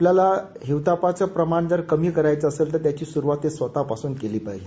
आपल्याला हिवतापाचं प्रमाण जर कमी करायचं असेल तर याची सुरूवात स्वतःपासून केली पाहिजे